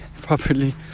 properly